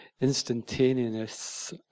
instantaneous